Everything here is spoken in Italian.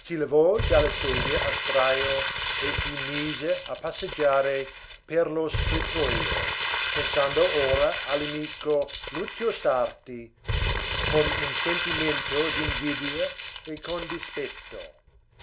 levò dalla sedia a sdrajo e si mise a passeggiare per lo scrittojo pensando ora all'amico lucio sarti con un sentimento d'invidia e con dispetto